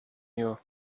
you